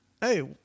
hey